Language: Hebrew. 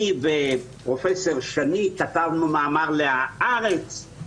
אני ופרופ' שני כתבנו מאמר ל"הארץ".